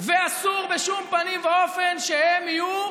ואסור בשום פנים ואופן שהם יהיו